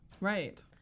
Right